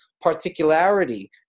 particularity